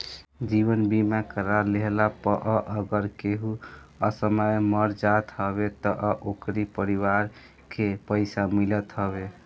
जीवन बीमा करा लेहला पअ अगर केहू असमय मर जात हवे तअ ओकरी परिवार के पइसा मिलत हवे